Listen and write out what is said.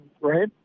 right